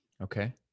Okay